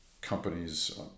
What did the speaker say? companies